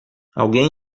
alguém